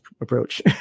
approach